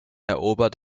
erobert